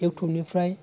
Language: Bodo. इउटुबनिफ्राइ